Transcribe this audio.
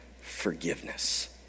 forgiveness